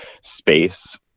space